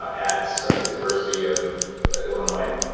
ah at so ah university of illinois,